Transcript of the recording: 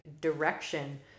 direction